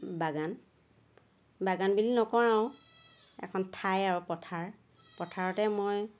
বাগান বাগান বুলি নকওঁ আৰু এখন ঠাই আৰু পথাৰ পথাৰতে মই